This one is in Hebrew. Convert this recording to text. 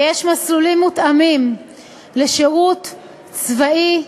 ויש מסלולים מותאמים לשירות צבאי,